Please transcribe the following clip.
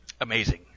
Amazing